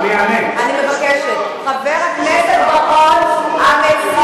לא, חבר הכנסת בר-און, אני מבקשת.